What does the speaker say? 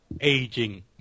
aging